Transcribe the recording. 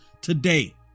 today